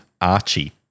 Archie